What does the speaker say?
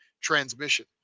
transmission